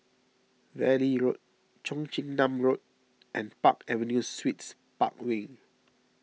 Valley Road Cheong Chin Nam Road and Park Avenue Suites Park Wing